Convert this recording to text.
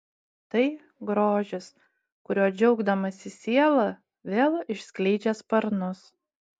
tai grožis kuriuo džiaugdamasi siela vėl išskleidžia sparnus